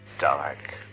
Dark